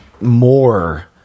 more